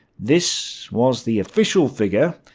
this was the official figure.